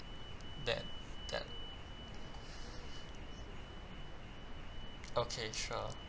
that that okay sure